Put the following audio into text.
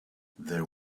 there